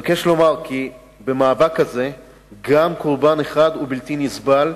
אבקש לומר כי במאבק הזה גם קורבן אחד הוא בלתי נסבל,